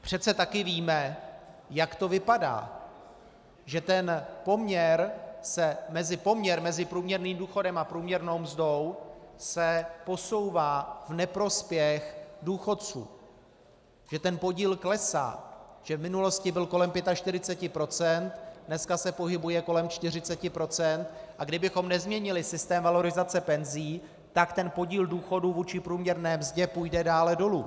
Přece taky víme, jak to vypadá, že se poměr mezi průměrným důchodem a průměrnou mzdou posouvá v neprospěch důchodců, že ten podíl klesá, že v minulosti byl kolem 45 %, dneska se pohybuje kolem 40 %, a kdybychom nezměnili systém valorizace penzí, tak podíl důchodů vůči průměrné mzdě půjde dále dolů.